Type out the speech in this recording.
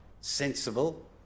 sensible